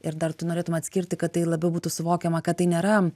ir dar tu norėtum atskirti kad tai labiau būtų suvokiama kad tai nėra